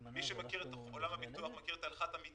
מי שמכיר את עולם הביטוח, מכיר את הלכת אמיתי.